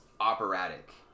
operatic